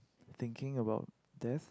thinking about death